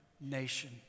nation